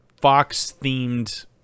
Fox-themed